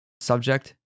Subject